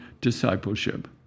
discipleship